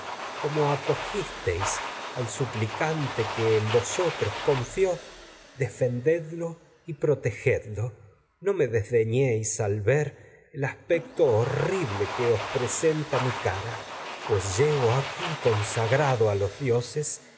sino acogisteis al suplicante que en vosotros confió defendedlo y protegedlo no me al ver desdeñéis el aspecto horrible que os presenta mi cara pues llego aquí consagrado a los dioses